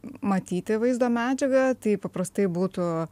matyti vaizdo medžiagą tai paprastai būtų